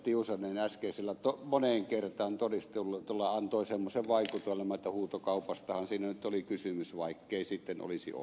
tiusanen äskeisellä moneen kertaan todistelulla antoi semmoisen vaikutelman että huutokaupastahan siinä nyt oli kysymys vaikkei sitten olisi ollutkaan